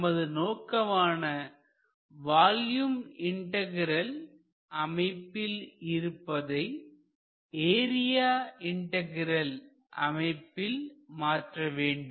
நமது நோக்கமான volume integral அமைப்பில் இருப்பதை ஏரியா இன்டகிரல் அமைப்பில் மாற்றவேண்டும்